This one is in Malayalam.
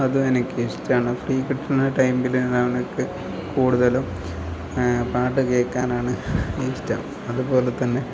അതും എനിക്ക് ഇഷ്ടമാണ് ഫ്രീ കിട്ടുന്ന ടൈമിലാണ് എനിക്ക് കൂടുതലും പാട്ട് കേൾക്കാനാണ് ഇഷ്ടം അതുപോലെ തന്നെ